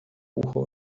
ucho